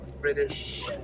British